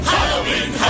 Halloween